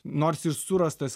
nors jis surastas